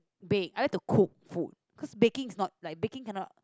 bake I like to cook food cause baking is not like baking cannot